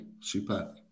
Super